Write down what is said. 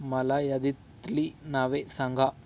मला यादीतली नावे सांगा